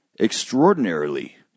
extraordinarily